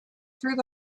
through